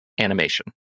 animation